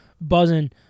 buzzing